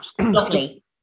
lovely